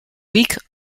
week